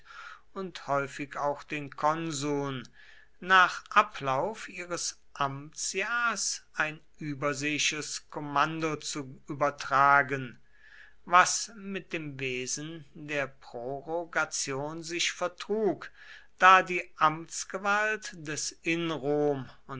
und häufig auch den konsuln nach ablauf ihres amtsjahrs ein überseeisches kommando zu übertragen was mit dem wesen der prorogation sich vertrug da die amtsgewalt des in rom